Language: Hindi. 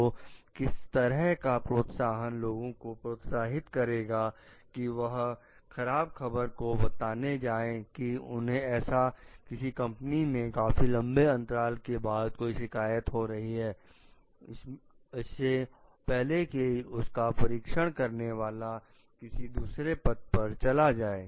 तो किस तरह का प्रोत्साहन लोगों को प्रोत्साहित करेगा कि वह खराब खबर को बताने जाएं कि ऐसा किसी कंपनी में काफी लंबे अंतराल के बाद कोई शिकायत हो रही है इससे पहले कि उसका परीक्षण करने वाला किसी दूसरे पद पर चला जाए